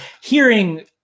hearing-